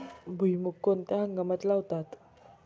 भुईमूग कोणत्या हंगामात लावतात?